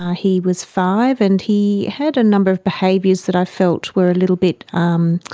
he was five and he had a number of behaviours that i felt were a little bit, um